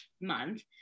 month